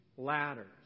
Ladders